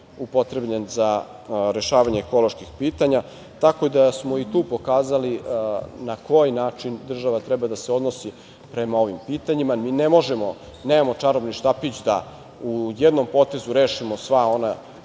upotrebljen za rešavanje ekoloških pitanja, tako da smo i tu pokazali na koji način država treba da se odnosi prema ovim pitanjima. Mi ne možemo, nemamo čarobni štapić da u jednom potezu rešimo sva ona